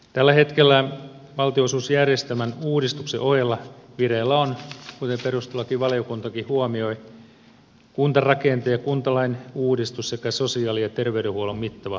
tällä hetkellä valtionosuusjärjestelmän uudistuksen ohella vireillä on kuten perustuslakivaliokuntakin huomioi kuntarakenteen ja kuntalain uudistus sekä sosiaali ja terveydenhuollon mittava palvelurakenneuudistus